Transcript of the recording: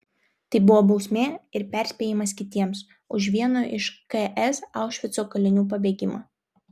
tai buvo bausmė ir perspėjimas kitiems už vieno iš ks aušvico kalinių pabėgimą